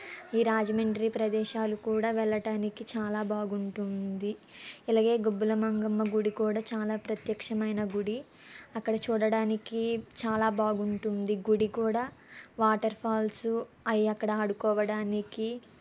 ఈ రాజమండ్రి ప్రదేశాలు కూడా వెళ్ళటానికి చాలా బాగుంటుంది ఇలాగే గుబ్బల మంగమ్మ గుడి కూడా చాలా ప్రత్యక్షమైన గుడి అక్కడ చూడడానికి చాలా బాగుంటుంది గుడి కూడా వాటర్ఫాల్సు అవి అక్కడ ఆడుకోవడానికి